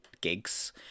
gigs